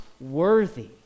worthy